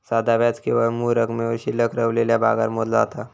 साधा व्याज केवळ मूळ रकमेवर शिल्लक रवलेल्या भागावर मोजला जाता